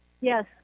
Yes